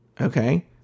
okay